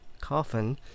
coffin